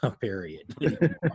period